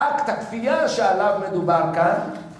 אקט הכפייה שעליו מדובר כאן.